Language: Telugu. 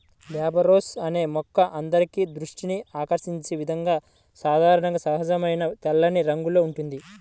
ట్యూబెరోస్ అనే మొక్క అందరి దృష్టిని ఆకర్షించే విధంగా సాధారణంగా సహజమైన తెల్లని రంగులో ఉంటుంది